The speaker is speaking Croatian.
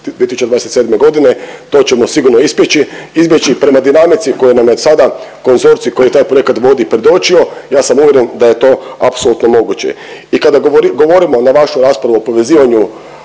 2027.g., to ćemo sigurno izbjeći, izbjeći. Prema dinamici koju nam je sada konzorcij koji taj projekat vodi predočio, ja sam uvjeren da je to apsolutno moguće. I kada govorimo na vašu raspravu o povezivanju